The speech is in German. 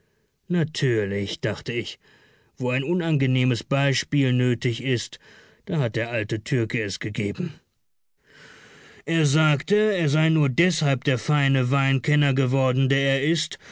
natürlich dachte ich wo ein unangenehmes beispiel nötig ist da hat der alte türke es gegeben er sagte er sei nur deshalb der feine weinkenner geworden der er ist